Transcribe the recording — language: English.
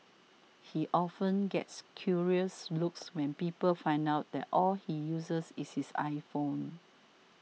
he often gets curious looks when people find out that all he uses is his iPhone